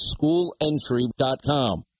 schoolentry.com